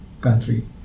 country